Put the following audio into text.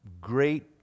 great